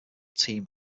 team